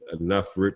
enough